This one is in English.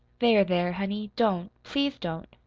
there, there, honey, don't, please don't.